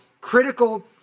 critical